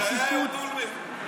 כשהיה אהוד אולמרט.